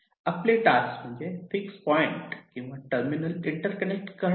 आपली टास्क म्हणजे fix point किंवा टर्मिनल इंटर्कनेक्ट करणे